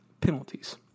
penalties